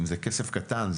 זה כסף קטן,